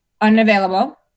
unavailable